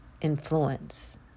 influence